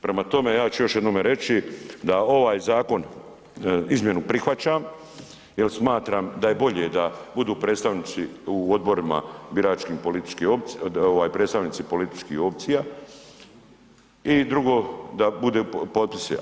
Prema tome, ja ću još jednome reći da ovaj zakon, izmjenu prihvaćam jer smatram da je bolje da budu predstavnici u odborima biračkim politički, predstavnici političkih opcija i drugo, da budu potpisi.